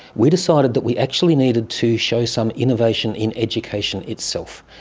we decided that we actually needed to show some innovation in education itself,